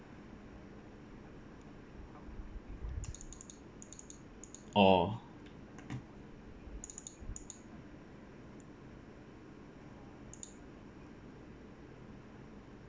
orh